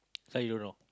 this one you don't know